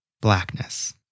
Blackness